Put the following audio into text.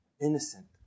innocent